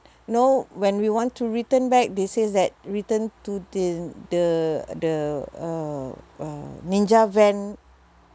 know when we want to return back they says that return to the the the uh uh ninja van